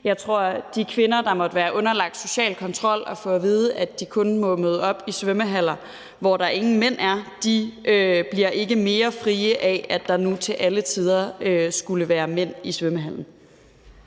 Jeg tror ikke, at de kvinder, der måtte være underlagt social kontrol og få at vide, at de kun må møde op i svømmehaller, hvor der ingen mænd er, bliver mere frie af, at der nu til alle tider skal være mænd i svømmehallen.